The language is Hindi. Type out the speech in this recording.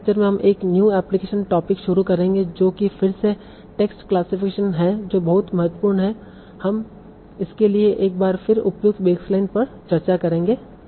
अगले लेक्चर में हम एक न्यू एप्लीकेशन टोपिक शुरू करेंगे जो कि फिर से टेक्स्ट क्लास्सीफीकेशन है जो बहुत महत्वपूर्ण है और हम इसके लिए एक बार फिर उपयुक्त बेसलाइन पर चर्चा करेंगे